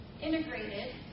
integrated